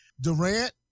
Durant